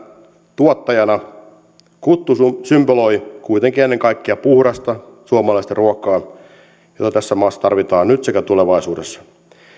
tuottajana kuttu symboloi kuitenkin ennen kaikkea puhdasta suomalaista ruokaa jota tässä maassa tarvitaan nyt sekä tulevaisuudessa